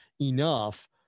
enough